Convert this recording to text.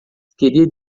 queria